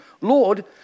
Lord